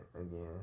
again